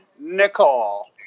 Nicole